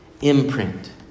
Imprint